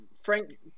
Frank